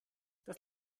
das